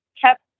kept